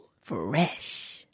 fresh